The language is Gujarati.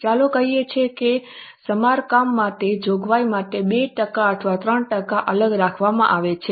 ચાલો કહીએ કે સમારકામ માટે જોગવાઈ માટે 2 ટકા અથવા 3 ટકા અલગ રાખવામાં આવે છે